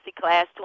Class